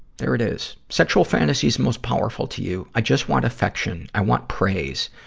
there it is. sexual fantasies most powerful to you i just want affection. i want praise.